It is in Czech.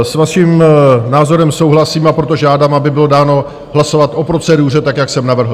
S vaším názorem souhlasím, a proto žádám, aby bylo dáno hlasovat o proceduře tak, jak jsem navrhl.